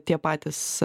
tie patys